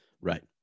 Right